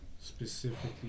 specifically